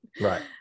Right